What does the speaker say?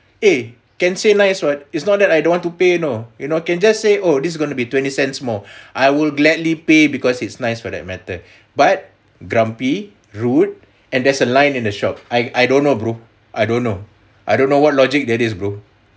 eh can say nice what it's not that I don't want to pay you know you know can just say oh this is gonna be twenty cents more I will gladly pay because it's nice for that matter but grumpy rude and there's a line in the shop I I don't know bro I don't know I don't know what logic that is bro